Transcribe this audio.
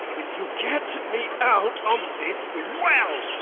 will you get me out of this well!